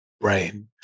brain